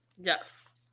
Yes